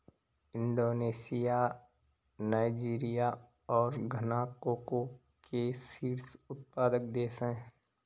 Indonesia Nigeria और Ghana cocoa के शीर्ष उत्पादक देश हैं